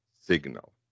Signal